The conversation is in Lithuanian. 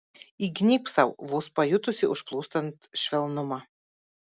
įgnybk sau vos pajutusi užplūstant švelnumą